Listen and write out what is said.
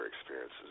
experiences